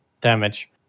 damage